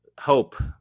hope